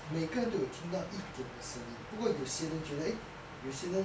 每个人都有听到一点的声音不过有些人觉得 eh 有些人